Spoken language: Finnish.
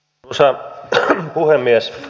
arvoisa puhemies